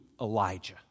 Elijah